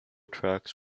tracks